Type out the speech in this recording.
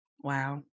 Wow